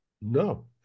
No